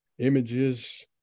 images